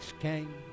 came